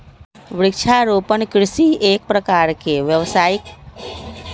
वृक्षारोपण कृषि एक प्रकार के व्यावसायिक खेती हई जेकरा में पूरा साल ला एक ही फसल उगावल जाहई